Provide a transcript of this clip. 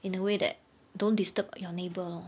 in a way that don't disturb your neighbour lor